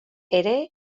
ere